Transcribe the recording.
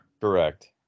Correct